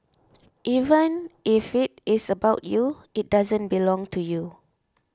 even if it is about you it doesn't belong to you